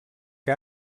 que